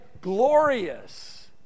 glorious